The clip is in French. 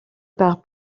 par